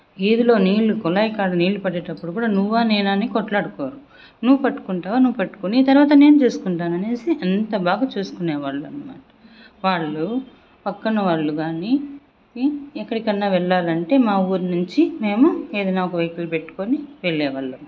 వీధిలో నీళ్లు కులాయి కాడ నీళ్లు పట్టేటప్పుడు కూడా నువ్వా నేనా అని కొట్లాడుకోరు నువ్వు పట్టుకుంటావా నువ్వు పట్టుకొని తర్వాత నేను చేసుకుంటా అనేసి అంత బాగా చూసుకునే వాళ్ళు అనమాట వాళ్ళు పక్కన వాళ్ళు కాని ఎక్కడికైనా వెళ్లాలి అంటే మా ఊరు నుంచి మేము ఏదైనా ఒక వెహికల్ పెట్టుకొని వెళ్లేవాళ్లం